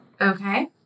Okay